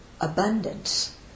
abundance